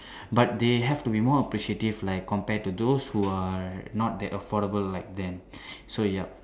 but they have to be more appreciative like compared to those who are not that affordable like them so yup